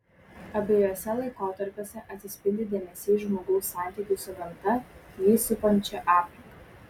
abiejuose laikotarpiuose atsispindi dėmesys žmogaus santykiui su gamta jį supančia aplinka